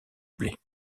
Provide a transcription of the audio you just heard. blé